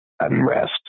unrest